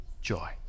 joy